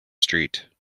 street